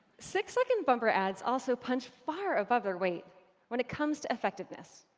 six-second bumper ads also punch far above their weight when it comes to effectiveness.